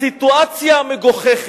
הסיטואציה המגוחכת,